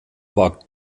war